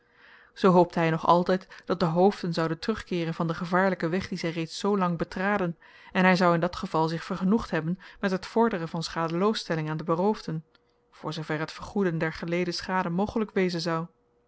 zoo hoopte hy nog altyd dat de hoofden zouden terugkeeren van den gevaarlyken weg dien zy reeds zoolang betraden en hy zou in dat geval zich vergenoegd hebben met het vorderen van schadeloosstelling aan de beroofden voor zoo ver t vergoeden der geleden schade mogelyk wezen zou